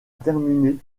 terminer